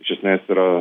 iš esmės yra